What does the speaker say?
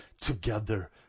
together